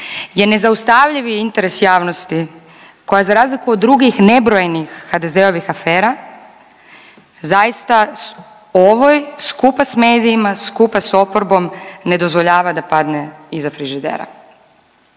je nezaustavljivi interes javnosti koja za razliku od drugih nebrojenih HDZ-ovih afera zaista ovoj skupa s medijima, skupa s oporbom ne dozvoljava da padne iza frižidera.